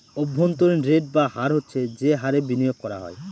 অভ্যন্তরীন রেট বা হার হচ্ছে যে হারে বিনিয়োগ করা হয়